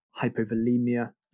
hypovolemia